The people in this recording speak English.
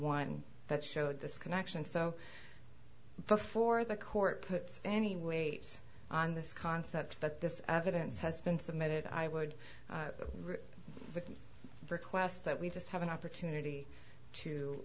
one that showed this connection so before the court puts any weight on this concept that this evidence has been submitted i would request that we just have an opportunity to